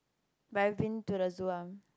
but you have been to the zoo ah